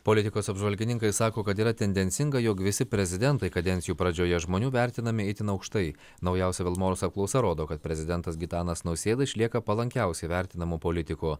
politikos apžvalgininkai sako kad yra tendencinga jog visi prezidentai kadencijų pradžioje žmonių vertinami itin aukštai naujausia vilmorus apklausa rodo kad prezidentas gitanas nausėda išlieka palankiausiai vertinamu politiku